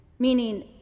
meaning